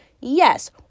Yes